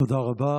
תודה רבה.